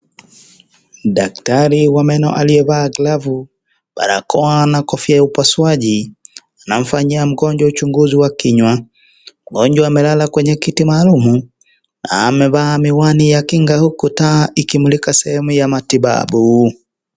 Daktari wa meno aliyevaa glovu, barakoa na kofia ya upasuaji anamfanyia mgonjwa uchunguzi wa kinywa. Mgonjwa amelala kwenye kiti maalum, amevaa miwani ya Kinga huku taa ikimulika sehemu ya matibabu.